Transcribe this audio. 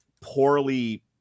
poorly